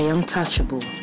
Untouchable